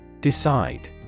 Decide